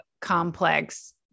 complex